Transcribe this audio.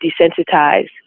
desensitize